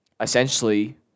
essentially